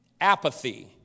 Apathy